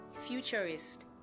futurist